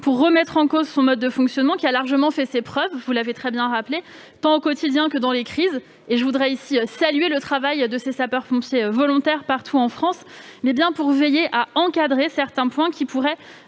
de remettre en cause son mode de fonctionnement, qui a largement fait ses preuves- vous l'avez très bien rappelé -tant au quotidien que dans les crises- je salue le travail des sapeurs-pompiers volontaires partout en France -, mais bien de veiller à encadrer certains points qui pourraient